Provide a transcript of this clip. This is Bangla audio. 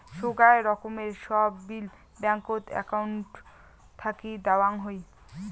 সোগায় রকমের সব বিল ব্যাঙ্কত একউন্ট থাকি দেওয়াং যাই